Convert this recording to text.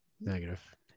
negative